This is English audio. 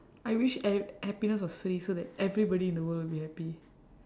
I wish e~ happiness was free so that everybody in the world will be happy